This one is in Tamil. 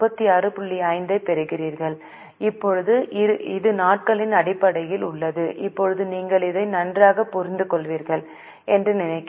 5 ஐப் பெறுவீர்கள் இப்போது இது நாட்களின் அடிப்படையில் உள்ளது இப்போது நீங்கள் இதை நன்றாக புரிந்துகொள்வீர்கள் என்று நினைக்கிறேன்